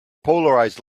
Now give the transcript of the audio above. polarized